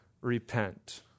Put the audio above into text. repent